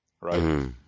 right